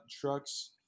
trucks